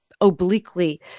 obliquely